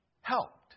helped